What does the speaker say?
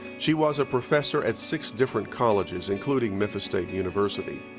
she was a professor at six different colleges, including memphis state university.